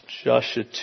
Joshua